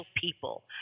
people